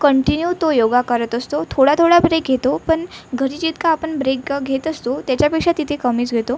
continue तो योग करत असतो थोडा थोडा ब्रेक घेतो पण घरी जितकं आपण ब्रेकं घेत असतो त्याच्यापेक्षा तिथे कमीच घेतो